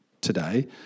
today